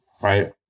right